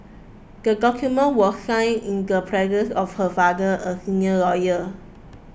the document was signed in the presence of her father a senior lawyer